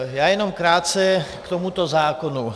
Já jenom krátce k tomuto zákonu.